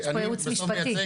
יש פה ייעוץ משפטי.